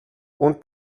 und